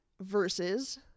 versus